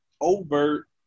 overt